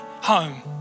home